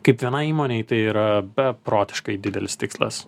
kaip vienai įmonei tai yra beprotiškai didelis tikslas